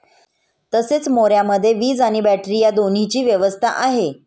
तसेच मोऱ्यामध्ये वीज आणि बॅटरी या दोन्हीची व्यवस्था आहे